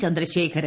Chandrasekharan